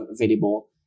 available